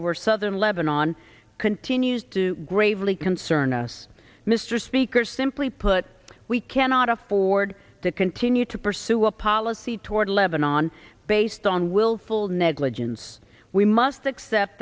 over southern lebanon continues to gravely concern us mr speaker simply put we cannot afford to continue to pursue a policy toward lebanon based on willful negligence we must accept